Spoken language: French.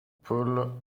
paul